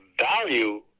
value